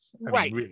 right